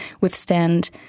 withstand